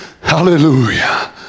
Hallelujah